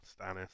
Stannis